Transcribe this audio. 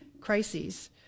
crises